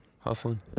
Hustling